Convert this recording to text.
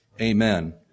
Amen